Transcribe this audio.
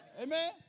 Amen